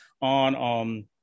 on